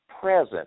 present